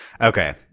Okay